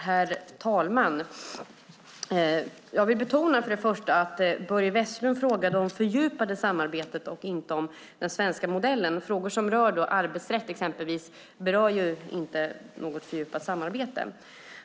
Herr talman! Jag vill först och främst betona att Börje Vestlund frågade om det fördjupade samarbetet och inte om den svenska modellen. Exempelvis frågor som rör arbetsrätt berörs inte av något fördjupat samarbete.